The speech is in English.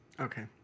Okay